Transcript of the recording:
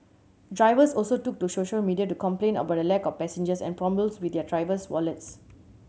drivers also took to social media to complain about a lack of passengers and problems with their driver's wallets